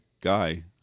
guy